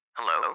Hello